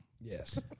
Yes